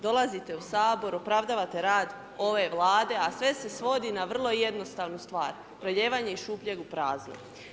Dolazite u Sabor, opravdavate rad ove vlade, a sve se svodi na vrlo jednostavnu stvar, prelijevanje iz šupljeg u prazno.